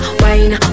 wine